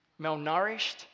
malnourished